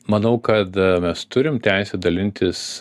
manau kad mes turim teisę dalintis